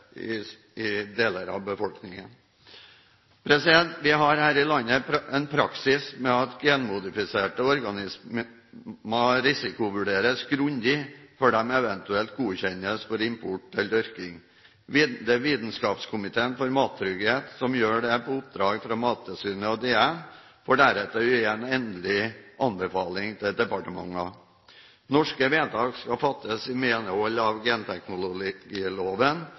støtte i deler av befolkningen. Vi har her i landet en praksis med at genmodifiserte organismer risikovurderes grundig før de eventuelt godkjennes for import eller dyrking. Det er Vitenskapskomiteen for mattrygghet som gjør det på oppdrag fra Mattilsynet og DN, for deretter å gi en endelig anbefaling til departementene. Norske vedtak skal fattes i medhold av genteknologiloven,